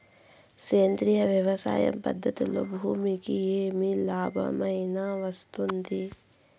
సేంద్రియ వ్యవసాయం పద్ధతులలో భూమికి ఏమి లాభమేనా వస్తుంది?